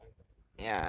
orh okay fine fine